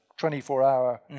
24-hour